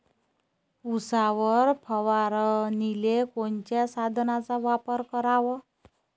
उसावर फवारनीले कोनच्या साधनाचा वापर कराव?